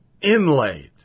inlaid